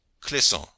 Clisson